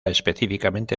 específicamente